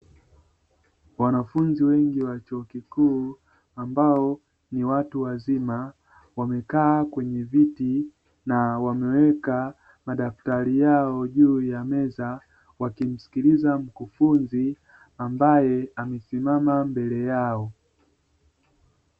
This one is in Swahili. Wanafunzi wengi wa chuo kikuu ambao ni watu wazima wamekaa kwenye viti na wameweka madaftari yao juu ya meza wakimsikiliza mkufunzi ambaye amesimama mbeke yao.